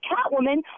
Catwoman